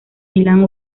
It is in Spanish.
milán